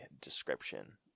description